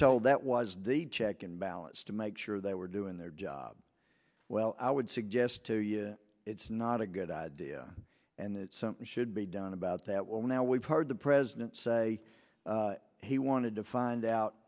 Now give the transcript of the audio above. told that was the check and balance to make sure they were doing their job well i would suggest to you it's not a good idea and that something should be done about that well now we've heard the president say he wanted to find out